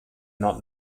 not